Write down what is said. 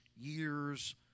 years